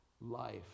life